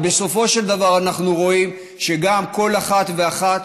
אבל בסופו של דבר אנחנו רואים שגם כל אחת ואחת